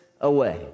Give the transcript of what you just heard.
away